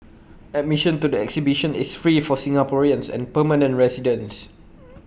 admission to the exhibition is free for Singaporeans and permanent residents